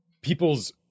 people's